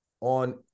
on